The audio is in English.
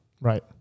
Right